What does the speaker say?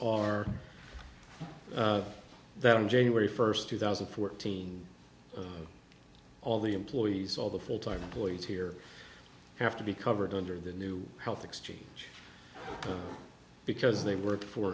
are that on january first two thousand and fourteen all the employees all the full time employees here have to be covered under the new health exchange because they work for